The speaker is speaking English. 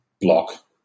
block